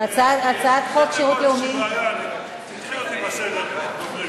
תדחי אותי בסדר הדוברים.